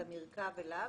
את המרכב אליו,